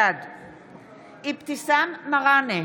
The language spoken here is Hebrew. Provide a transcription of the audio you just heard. בעד אבתיסאם מראענה,